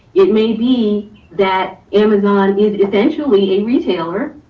it may be that amazon is essentially a retailer,